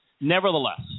nevertheless